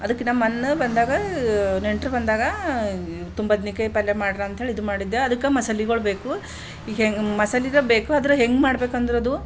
ಅದಕ್ಕೆ ನಾನು ಮೊನ್ನೆ ಬಂದಾಗ ನೆಂಟರು ಬಂದಾಗ ತುಂಬದನೇಕಾಯಿ ಪಲ್ಯ ಮಾಡಿರು ಅಂಥೇಳಿ ಇದು ಮಾಡಿದ್ದೆ ಅದಕ್ಕೆ ಮಸಾಲೆಗಳ್ಬೇಕು ಈಗ ಹೆಂಗೆ ಮಸಾಲೆಗಳು ಬೇಕು ಆದ್ರೆ ಹೆಂಗೆ ಮಾಡ್ಬೇಕಂದ್ರದು